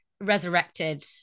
resurrected